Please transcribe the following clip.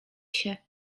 się